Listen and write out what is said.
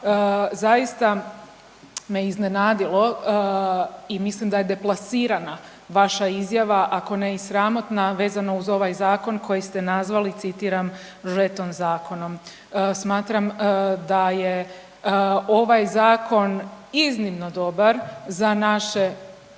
zaista me iznenadilo i mislim da je deplasirana vaša izjava, ako ne i sramotna, vezano uz ovaj Zakon koji ste nazvali, citiram, .../Govornik se ne razumije./... zakonom. Smatram da je ovaj Zakon iznimno dobar za naše